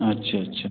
अच्छा अच्छा